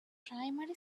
primary